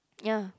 ya